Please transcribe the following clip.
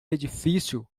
edifício